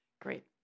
Great